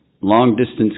long-distance